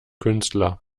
künstler